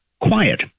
quiet